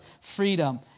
freedom